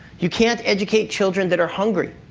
you can't educate children that are hungry.